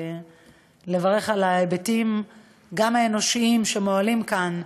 ולברך על ההיבטים גם האנושיים שמועלים כאן,